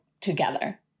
together